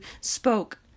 spoke